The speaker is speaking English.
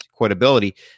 quotability